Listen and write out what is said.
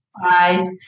Hi